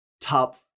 top